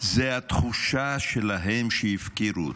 זו התחושה שלהם שהפקירו אותם,